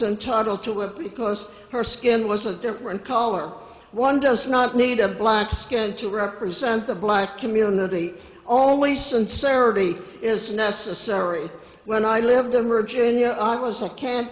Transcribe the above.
entitled to it because her skin was a different color one does not need a black skin to represent the black community only sincerity is necessary when i lived in virginia i was a camp